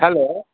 hello